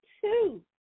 two